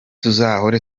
tuzahora